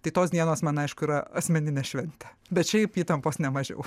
tai tos dienos man aišku yra asmeninė šventė bet šiaip įtampos ne mažiau